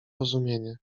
rozumienie